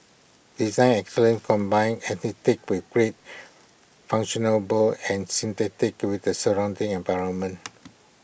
design excellence combines aesthetics with great function noble and synthesis with the surrounding environment